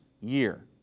year